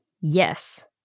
Yes